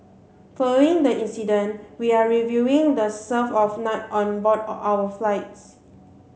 following the incident we are reviewing the serve of nut on board our flights